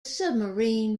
submarine